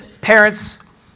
parents